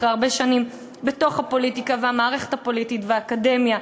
אחרי הרבה שנים בתוך הפוליטיקה והמערכת הפוליטית והאקדמיה,